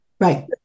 Right